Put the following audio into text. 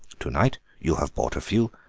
to-night you have bought a few,